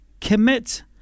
commit